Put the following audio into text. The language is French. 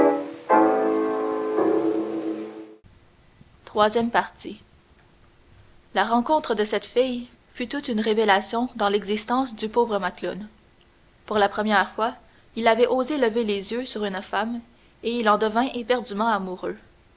iii la rencontre de cette fille fut toute une révélation dans l'existence du pauvre macloune pour la première fois il avait osé lever les yeux sur une femme et il en devint éperdument amoureux